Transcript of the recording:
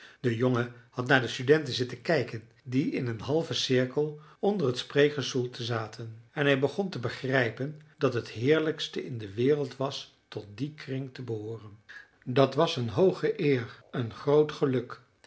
de jongen had naar de studenten zitten kijken die in een halven cirkel onder het spreekgestoelte zaten en hij begon te begrijpen dat het heerlijkste in de wereld was tot dien kring te behooren dat was een hooge eer een groot geluk